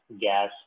gas